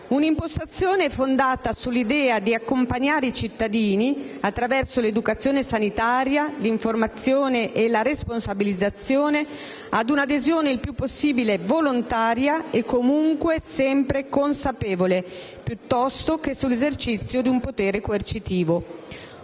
Una impostazione fondata sull'idea di accompagnare i cittadini, attraverso l'educazione sanitaria, l'informazione e la responsabilizzazione, a un'adesione il più possibile volontaria e comunque sempre consapevole, piuttosto che sull'esercizio di un potere coercitivo.